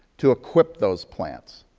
to equip those plants,